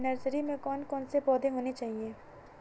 Nursery में कौन कौन से पौधे होने चाहिए?